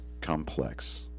complex